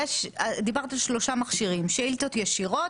דיברת על שלושה מכשירים שאילתות ישירות,